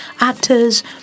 actors